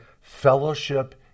fellowship